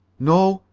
no,